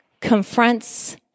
confronts